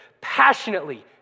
passionately